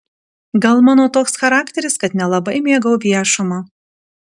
gal mano toks charakteris kad nelabai mėgau viešumą